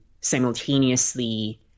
simultaneously